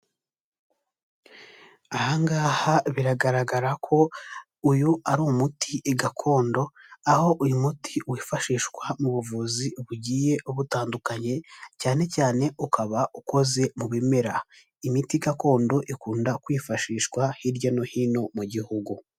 Aha ngaha biragaragara ko uyu ari umuti gakondo, aho uyu muti wifashishwa mu buvuzi bugiye ubutandukanye, cyane cyane ukaba ukoze mu bimera, imiti gakondo ikunda kwifashishwa hirya no hino mu gihugu.